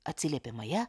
atsiliepė maja